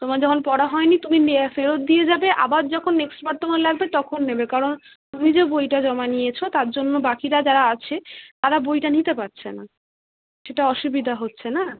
তোমার যখন পড়া হয় নি তুমি ফেরত দিয়ে যাবে আবার যখন নেক্সটবার তোমার লাগবে তখন নেবে কারণ তুমি যে বইটা জমা নিয়েছো তার জন্য বাকিরা যারা আছে তারা বইটা নিতে পারছে না সেটা অসুবিধা হচ্ছে না